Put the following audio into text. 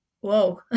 Whoa